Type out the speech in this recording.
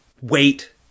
wait